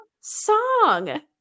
song